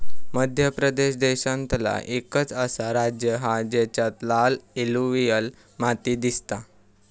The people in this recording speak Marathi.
मध्य प्रदेश देशांतला एकंच असा राज्य हा जेच्यात लाल एलुवियल माती दिसता